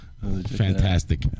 fantastic